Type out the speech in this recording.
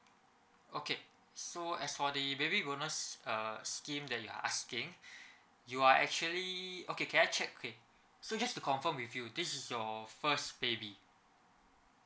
okay so as for the baby bonus uh scheme that you are asking you are actually okay can I check K so just to confirm with you this is your first baby